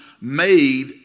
made